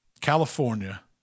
California